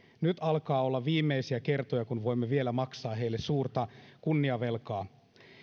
nyt alkaa olla viimeisiä kertoja kun voimme vielä maksaa heille suurta kunniavelkaa